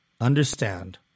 understand